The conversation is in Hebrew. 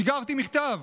שיגרתי מכתב